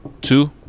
two